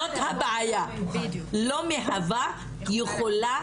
לא מהווה, זאת הבעיה, לא מהווה אלא יכולה,